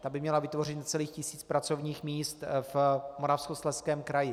Ta by měla vytvořit necelý tisíc pracovních míst v Moravskoslezském kraji.